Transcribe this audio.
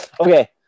okay